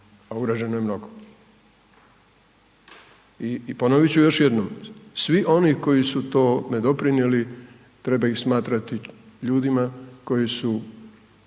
a urađeno je mnogo. I ponovit ću još jednom, svi oni koji su tome doprinijeli treba ih smatrati ljudima koji su